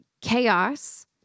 chaos